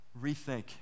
rethink